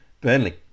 Burnley